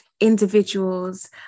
individuals